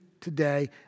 today